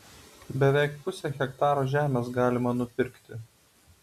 beveik pusę hektaro žemės galima nupirkti